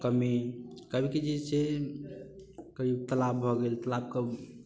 कमी कभी के जे छै करीब तलाब भऽ गेल तालाबके